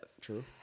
True